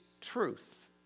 truth